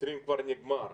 ו-2020 כבר נגמר,